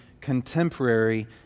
contemporary